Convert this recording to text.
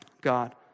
God